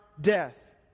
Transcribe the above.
death